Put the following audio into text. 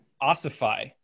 ossify